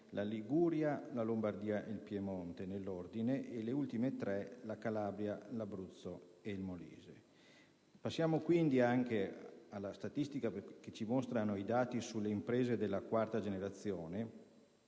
la Liguria, la Lombardia e il Piemonte e come ultime tre la Calabria, l'Abruzzo e il Molise. Passiamo, quindi, alla statistica che ci mostra i dati sulle imprese di famiglia di quarta generazione: